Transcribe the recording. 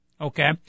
okay